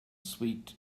sweet